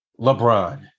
LeBron